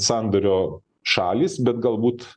sandorio šalys bet galbūt